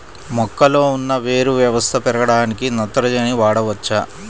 మొక్కలో ఉన్న వేరు వ్యవస్థ పెరగడానికి నత్రజని వాడవచ్చా?